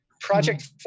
Project